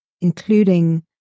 including